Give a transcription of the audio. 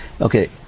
Okay